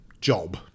job